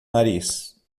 nariz